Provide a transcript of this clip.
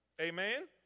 Amen